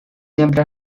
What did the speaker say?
siempre